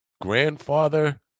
grandfather